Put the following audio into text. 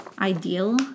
Ideal